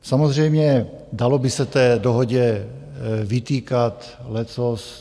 Samozřejmě dalo by se té dohodě vytýkat leccos.